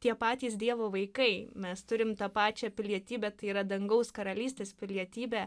tie patys dievo vaikai mes turim tą pačią pilietybę tai yra dangaus karalystės pilietybę